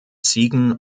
ziegen